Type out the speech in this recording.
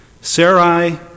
Sarai